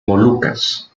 molucas